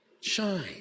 shine